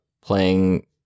playing